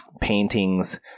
paintings